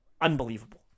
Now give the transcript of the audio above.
unbelievable